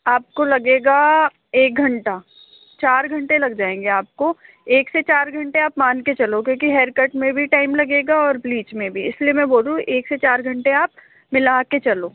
आपको लगेगा एक घंटा चार घंटे लग जायेंगे आपको एक से चार घंटे आप मान के चलो क्योंकि हेअरकट में भी टाइम लगेगा और ब्लीच में भी इसलिए मैं बोल रही हूँ एक से चार घंटे आप मिला के चलो